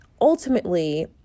ultimately